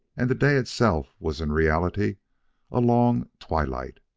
and the day itself was in reality a long twilight-light.